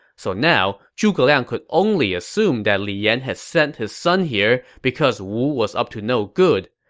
so now, zhuge liang could only assume that li yan had sent his son here because wu was up to no good,